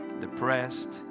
depressed